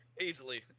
Easily